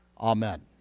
Amen